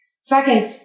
Second